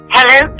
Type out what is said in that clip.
Hello